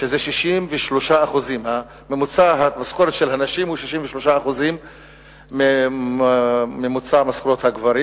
שזה 63% המשכורת הממוצעת של הנשים היא 63% ממשכורת הממוצעת הגברים,